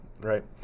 right